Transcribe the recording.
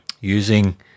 using